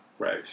Right